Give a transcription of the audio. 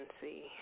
see